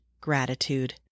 Gratitude